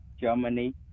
Germany